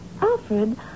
Alfred